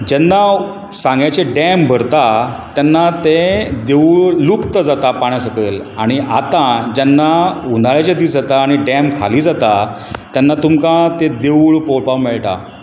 जेन्ना सांग्याचें डॅम भरता तेन्ना तें देवूळ लुप्त जाता पाण्या सकयल आनी आतां जेन्ना हुनाळ्याचें दीस जाता तेन्ना डॅम खाली जाता तेन्ना तुमका तें देवूळ पळोवपाक मेळटा